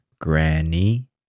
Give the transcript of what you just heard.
granny